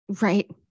Right